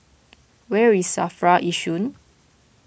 where is Safra Yishun